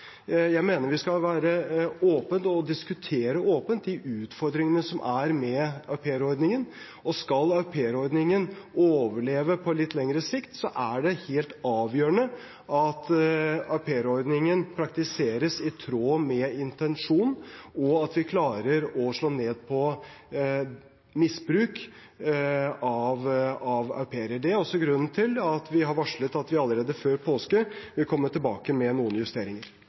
Jeg mener vi skal diskutere åpent de utfordringene som er med aupairordningen. Skal aupairordningen overleve på litt lengre sikt, er det helt avgjørende at den praktiseres i tråd med intensjonen, og at vi klarer å slå ned på misbruk av au pairer. Det er også grunnen til at vi har varslet at vi allerede før påske vil komme tilbake med noen justeringer.